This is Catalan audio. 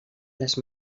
les